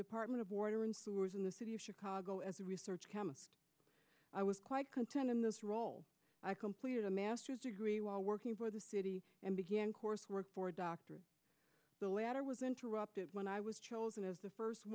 department of water and sewers in the city of chicago as a research chemist i was quite content in this role i completed a master's degree while working for the city and began course work for dr the latter was interrupted when i was chosen as the first